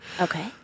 Okay